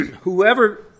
whoever